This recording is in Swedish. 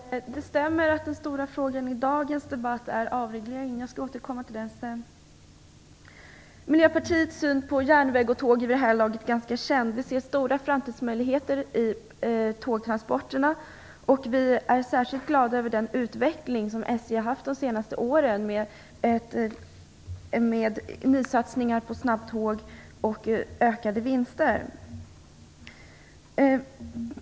Fru talman! Det stämmer att den stora frågan i dagens debatt är avregleringen. Jag skall återkomma till den sedan. Miljöpartiets syn på järnväg och tåg är ganska känd vid det här laget. Vi ser stora framtidsmöjligheter för tågtransporterna. Vi är särskilt glada över den utveckling som SJ haft de senaste åren med nysatsningar på snabbtåg och ökade vinster.